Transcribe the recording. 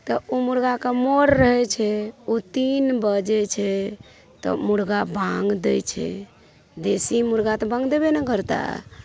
तऽ ओ मुर्गा कऽ मोर रहै छै ओ तीन बजै छै तऽ मुर्गा बाङ्ग दै छै देशी मुर्गा तऽ बाङ्ग देबे ने करतै